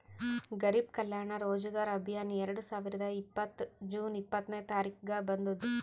ಗರಿಬ್ ಕಲ್ಯಾಣ ರೋಜಗಾರ್ ಅಭಿಯಾನ್ ಎರಡು ಸಾವಿರದ ಇಪ್ಪತ್ತ್ ಜೂನ್ ಇಪ್ಪತ್ನೆ ತಾರಿಕ್ಗ ಬಂದುದ್